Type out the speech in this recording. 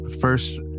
First